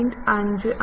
5 ആണ്